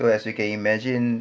so as you can imagine